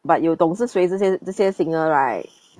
but 有懂是谁这些这些 singer right